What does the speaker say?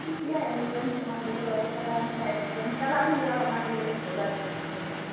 ᱴᱷᱤᱠ ᱜᱮᱭᱟ ᱮᱢᱵᱩᱞᱮᱱᱥ ᱚᱱᱟ ᱡᱚᱛᱚ ᱵᱮᱵᱚᱥᱛᱟ ᱛᱟᱦᱮᱱ ᱠᱷᱟᱱ ᱢᱤᱫ ᱫᱚᱢ ᱪᱟᱞᱟᱜ ᱦᱩᱭᱩᱜᱼᱟ ᱚᱱᱟᱜᱮ ᱵᱚᱞᱮᱧ ᱡᱳᱜᱟᱡᱳᱜᱽ ᱫᱚᱦᱚᱭᱮᱫᱟ